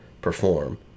perform